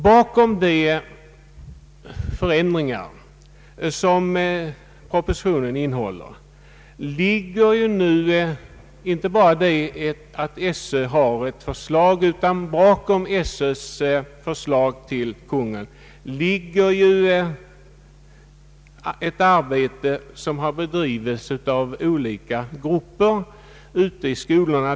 Bakom de förändringar som propositionen innehåller ligger nu inte bara det att Sö har ett förslag till Kungl. Maj:t, utan olika grupper har ute i skolorna bedrivit ett arbete med detta.